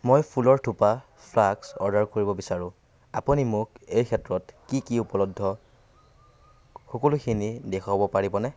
মই ফুলৰ থোপা ফ্লাস্ক অৰ্ডাৰ কৰিব বিচাৰোঁ আপুনি মোক এই ক্ষেত্ৰত কি কি উপলব্ধ সকলোখিনি দেখুৱাব পাৰিবনে